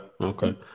Okay